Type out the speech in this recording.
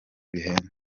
bihenze